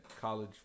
college